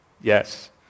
Yes